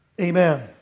amen